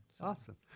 Awesome